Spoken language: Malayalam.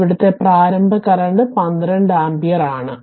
ഇവിടുത്തെ പ്രാരംഭ കറന്റ് 12 ആമ്പിയർ ആണ്